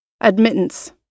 Admittance